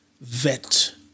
vet